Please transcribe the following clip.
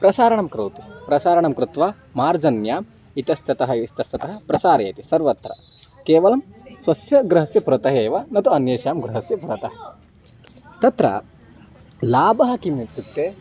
प्रसारणं करोति प्रसारणं कृत्वा मार्जन्याः इतस्ततः इस्तस्ततः प्रसारयति सर्वत्र केवलं स्वस्य गृहस्य पुरतः एव न तु अन्येषां गृहस्य पुरतः तत्र लाभः किम् इत्युक्ते